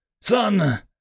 Son